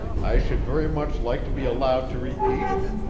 i should very much like to be allowed to repeat it.